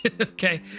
okay